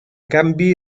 canvi